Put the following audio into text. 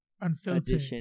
unfiltered